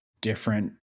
different